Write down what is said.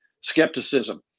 skepticism